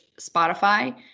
Spotify